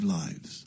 lives